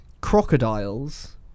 crocodiles